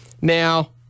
Now